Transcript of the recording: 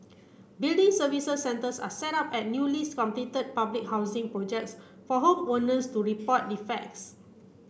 building services centres are set up at newly completed public housing projects for home owners to report defects